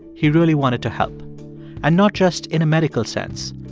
he really wanted to help and not just in a medical sense.